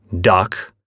duck